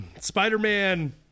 Spider-Man